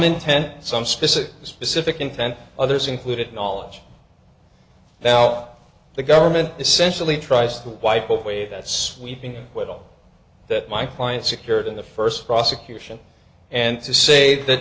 intent some specific specific intent others included knowledge now the government essentially tries to wipe away that sweeping will that my client secured in the first prosecution and to say that